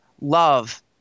love